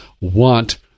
want